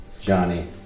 Johnny